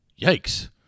Yikes